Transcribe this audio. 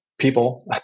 People